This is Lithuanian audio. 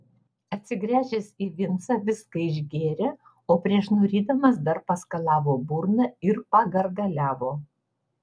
atsigręžęs į vincą viską išgėrė o prieš nurydamas dar paskalavo burną ir pagargaliavo